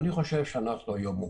אני חושב שאנחנו היום מומחים.